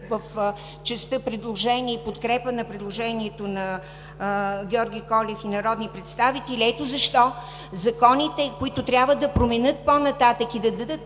в частта, в подкрепа на предложението на Георги Колев и народни представители, ето защо законите, които трябва да се променят по-нататък и да дадат